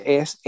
es